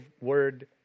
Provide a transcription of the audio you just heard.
word